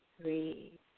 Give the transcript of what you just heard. three